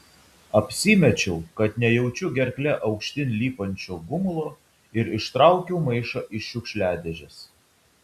apsimečiau kad nejaučiu gerkle aukštyn lipančio gumulo ir ištraukiau maišą iš šiukšliadėžės